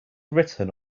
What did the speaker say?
written